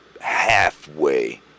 halfway